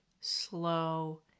slow